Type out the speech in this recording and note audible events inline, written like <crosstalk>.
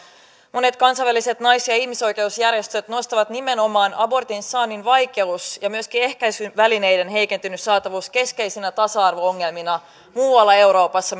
monet kansainväliset nais ja ja ihmisoikeusjärjestöt nostavat esiin nimenomaan abortin saannin vaikeuden ja ja myöskin ehkäisyvälineiden heikentyneen saatavuuden keskeisinä tasa arvo ongelmina muualla euroopassa <unintelligible>